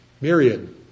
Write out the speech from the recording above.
myriad